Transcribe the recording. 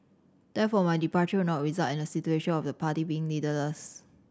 therefore my departure will not result in a situation of the party being leaderless